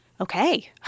Okay